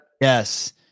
Yes